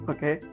Okay